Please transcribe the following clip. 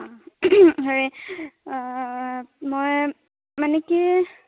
অঁ সেই মই মানে কি